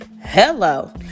Hello